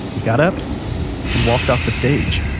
he got up and walked off the stage